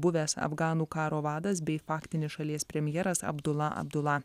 buvęs afganų karo vadas bei faktinis šalies premjeras abdula abdula